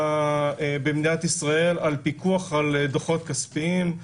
במדינת ישראל על פיקוח על דוחות כספיים.